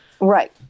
right